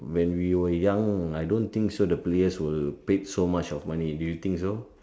when we were young I don't think so the players were paid so much of money do you think so